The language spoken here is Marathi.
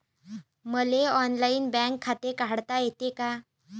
मले ऑनलाईन बँक खाते काढता येते का?